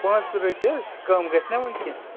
پانٛژھ ترٕٛہ رۄپیہِ حظ کَم گژھِ نا وۅنۍ کیٚنٛہہ